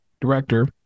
director